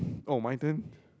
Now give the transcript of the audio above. oh my turn